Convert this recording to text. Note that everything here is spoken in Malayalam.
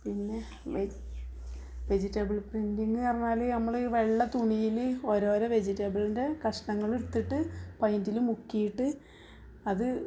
പിന്നെ വെജിറ്റബിൾ പ്രിൻറ്റിങ് പറഞ്ഞാൽ നമ്മൾ വെള്ള തുണിയിൽ ഓരോരോ വെജിറ്റബിളിൻ്റെ കഷ്ണങ്ങൾ എടുത്തിട്ട് പെയിൻ്റിൽ മുക്കിയിട്ട് അത്